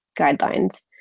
guidelines